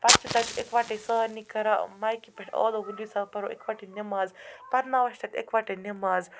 پتہٕ چھِ تَتہِ یِکوَٹٕے سارنی کران مایکہِ پٮ۪ٹھ آلو ؤلِو سا پَرَو یِکوَٹٕے نٮ۪ماز پَرٕناوان چھِ تَتہِ یِکوَٹَے نٮ۪ماز